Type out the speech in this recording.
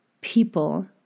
people